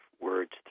words